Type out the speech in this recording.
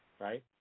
right